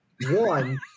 one